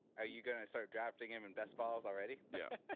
ah you going to start drafting him and best balls already. yeah.